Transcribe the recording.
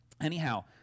anyhow